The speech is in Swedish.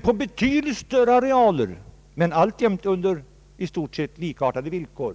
På betydligt större arealer men alltjämt under i stort sett likartade villkor